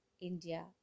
India